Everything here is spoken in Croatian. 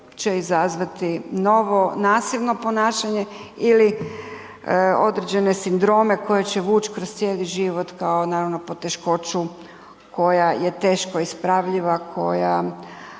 izazvati novo nasilno ponašanje ili određene sindrome koje će vuć kroz cijeli život kao naravno poteškoću koja je teško ispravljiva, koja